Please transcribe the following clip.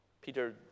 Peter